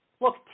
look